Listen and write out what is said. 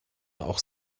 auch